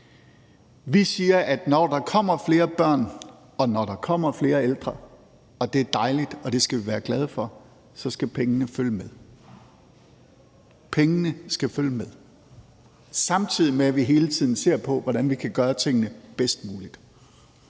Vi siger, at når der kommer flere børn, og når der kommer flere ældre – og det er dejligt, og det skal vi være glade for – så skal pengene følge med. Pengene skal følge med, samtidig med at vi hele tiden ser på, hvordan vi kan gøre tingene bedst muligt.